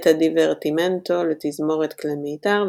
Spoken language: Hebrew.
את הדיברטימנטו לתזמורת כלי מיתר,